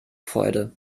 freude